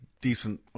decent